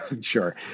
Sure